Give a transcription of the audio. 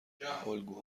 الگوها